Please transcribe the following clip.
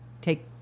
take